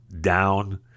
down